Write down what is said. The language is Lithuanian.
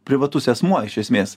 privatus asmuo iš esmės